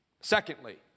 Secondly